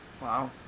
Wow